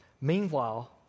Meanwhile